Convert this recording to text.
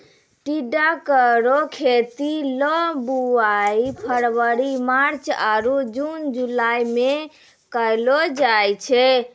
टिंडा केरो खेती ल बुआई फरवरी मार्च आरु जून जुलाई में कयलो जाय छै